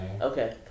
okay